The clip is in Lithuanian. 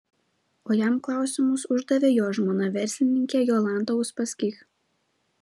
o jam klausimus uždavė jo žmona verslininkė jolanta uspaskich